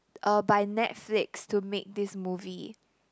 uh by Netflix to make this movie